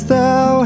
Thou